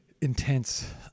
intense